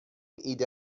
ایده